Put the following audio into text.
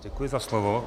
Děkuji za slovo.